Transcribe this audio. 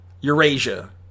Eurasia